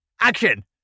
Action